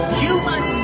human